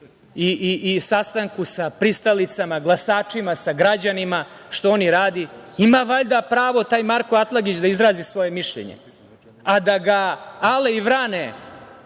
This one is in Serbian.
i sastanku sa pristalicama, glasačima, sa građanima, što on i radi. Ima valjda pravo taj Marko Atlagić da izrazi svoje mišljenje, a da ga ale i vrane